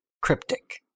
cryptic